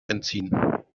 entziehen